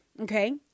Okay